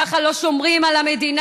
ככה לא שומרים על המדינה,